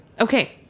Okay